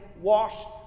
washed